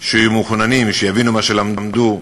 שיהיו מחוננים, שיבינו מה שהם למדו?